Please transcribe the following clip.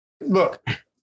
Look